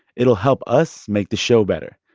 it'll help us make the show better.